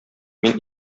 мин